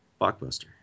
Blockbuster